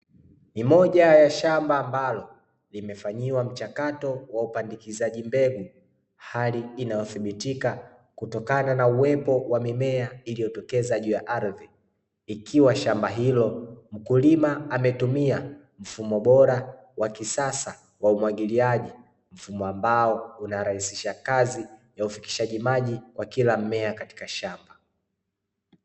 Ni moja ya shamba ambalo limefanyiwa mchakato wa upandikizaji mbegu hali inayodhibitika kutokana na uwepo wa mimea iliyotokeza juu ya ardhi ikiwa shamba hilo mkulima ametumia mfumo bora wa kisasa wa umwagiliaji. Mfumo ambao unarahisisha kazi ya ufikishaji maji kwa kila mmea katika shamba.